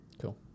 Cool